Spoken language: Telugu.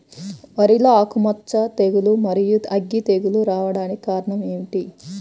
వరిలో ఆకుమచ్చ తెగులు, మరియు అగ్గి తెగులు రావడానికి కారణం ఏమిటి?